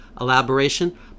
elaboration